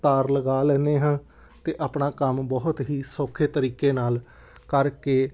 ਤਾਰ ਲਗਾ ਲੈਂਦੇ ਹਾਂ ਅਤੇ ਆਪਣਾ ਕੰਮ ਬਹੁਤ ਹੀ ਸੌਖੇ ਤਰੀਕੇ ਨਾਲ ਕਰਕੇ